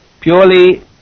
purely